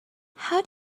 how